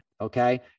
Okay